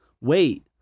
Wait